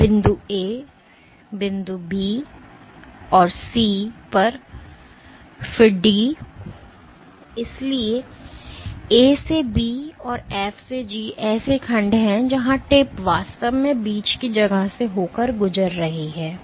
तो बिंदु A बिंदु B और C पर फिर D इसलिए A से B और F से G ऐसे खंड हैं जहां टिप वास्तव में बीच की जगह से होकर गुजर रही है